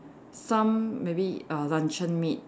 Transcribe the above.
some maybe err luncheon meat